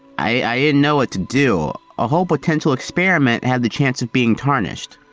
i didn't know what to do. a whole potential experiment had the chance of being tarnished,